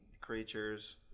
creatures